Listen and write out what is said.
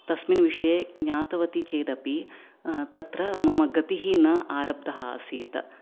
तस्मिन् विषये ज्ञातवती चेदति तत्र मम गतिः न आरब्धः आसीत्